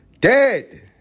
dead